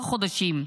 11 חודשים.